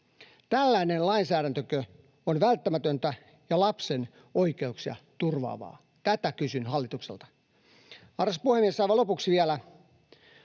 Tällainen lainsäädäntökö on välttämätöntä ja lapsen oikeuksia turvaavaa? Tätä kysyn hallitukselta. Arvoisa puhemies! Aivan lopuksi vielä: